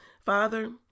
Father